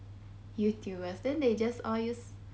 youtubers then they just all use